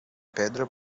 pedra